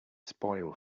spoil